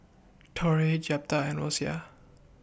Torrie Jeptha and Rosia